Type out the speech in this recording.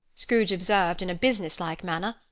scrooge observed, in a business-like manner,